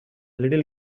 little